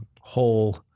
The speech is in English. whole